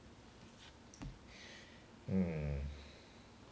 um